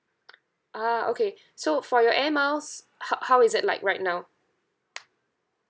ah okay so for your air miles how how is it like right now